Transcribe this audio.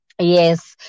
Yes